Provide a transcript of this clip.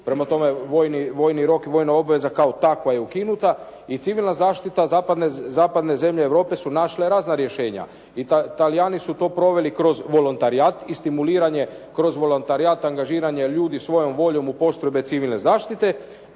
vojni rok i vojna obveza kao takva je ukinuta i civilna zaštita zapadne zemlje Europe su našle razna rješenja. I Talijani su to proveli kroz volontarijat i stimuliranje kroz volontarijat angažiranje ljudi svojom voljom u postrojbe civilne zaštite.